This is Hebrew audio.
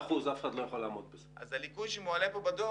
אף אחד לא יעמוד בקיצוץ של 18%. הליקוי שמועלה פה בדוח